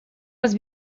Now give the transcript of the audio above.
els